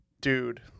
dude